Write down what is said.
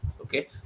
Okay